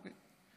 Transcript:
אוקיי.